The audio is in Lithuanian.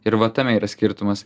ir va tame yra skirtumas